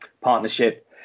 partnership